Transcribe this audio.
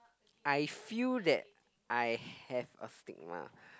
I feel that I have a stigma